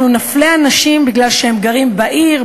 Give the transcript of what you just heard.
אנחנו נפלה אנשים מפני שהם גרים בעיר,